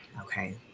okay